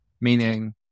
Meaning